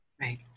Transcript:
right